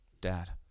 Dad